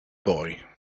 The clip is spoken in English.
boy